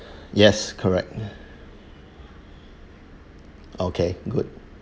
yes correct okay good